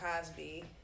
Cosby